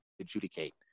adjudicate